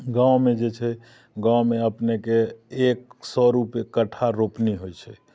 गाँवमे जे छै गाँवमे अपनेके एक सए रुपये कट्ठा रोपनी होइ छै